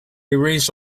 erased